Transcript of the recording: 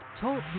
Talk